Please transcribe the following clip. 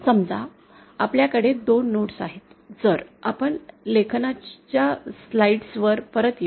समजा आपल्याकडे 2 नोड्स आहेत जर आपण लेखनाच्या स्लाइड्स वर परत येऊ